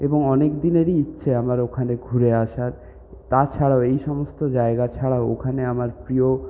এবং অনেকদিনেরই ইচ্ছে আমার ওখানে ঘুরে আসার তাছাড়াও এই সমস্ত জায়গা ছাড়াও ওখানে আমার প্রিয়